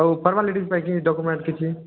ଆଉ ଫର୍ମାଲିଟିସ୍ ପାଇଁ କି ଡକ୍ୟୁମେଣ୍ଟ୍ କିଛି